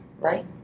right